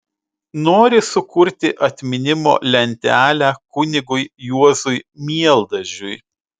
nori sukurti atminimo lentelę kunigui juozui mieldažiui